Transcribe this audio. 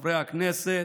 אביר קארה,